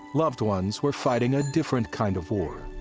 loved ones were fighting a different kind of war.